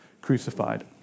crucified